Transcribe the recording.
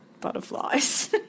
butterflies